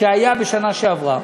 שהיה בשנה שעברה,